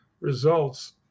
Results